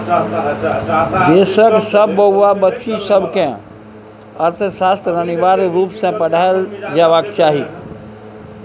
देशक सब बौआ बुच्ची सबकेँ अर्थशास्त्र अनिवार्य रुप सँ पढ़ाएल जेबाक चाही